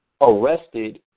arrested